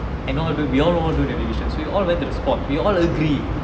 and we all know how to do navigation so we all went to the spot we all agree